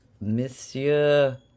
monsieur